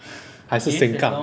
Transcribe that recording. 还是 sengkang